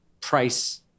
price